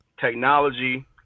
technology